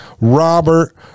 Robert